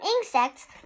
insects